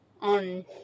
On